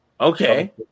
Okay